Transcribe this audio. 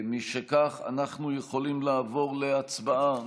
משום כך, אנחנו יכולים לעבור להצבעה.